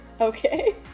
Okay